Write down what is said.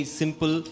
simple